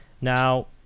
Now